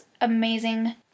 amazing